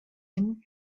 him